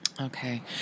Okay